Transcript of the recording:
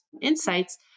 insights